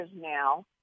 now